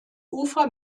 ufer